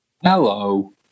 hello